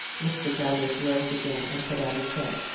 mr. brandreth rose again, and put out his hand.